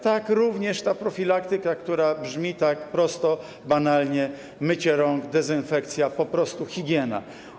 Tak, również ta profilaktyka, która brzmi tak prosto, banalnie: mycie rąk, dezynfekcja, po prostu higiena.